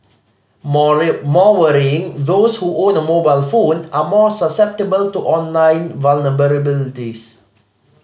more worrying those who own a mobile phone are more susceptible to online vulnerabilities